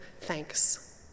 thanks